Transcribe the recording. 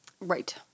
Right